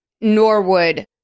norwood